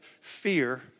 fear